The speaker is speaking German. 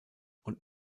und